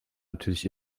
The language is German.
natürlich